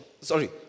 Sorry